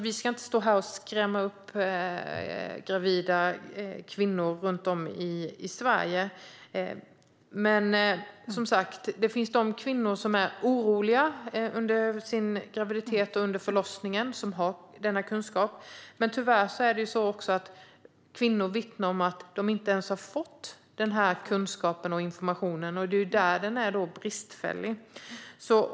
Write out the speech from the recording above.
Vi ska inte stå här och skrämma upp gravida kvinnor runt om i Sverige, men det finns kvinnor med denna kunskap som är oroliga under graviditeten och förlossningen. Tyvärr finns också kvinnor som vittnar om att de inte ens har fått kunskapen och informationen. Där är den bristfällig.